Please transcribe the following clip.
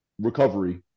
recovery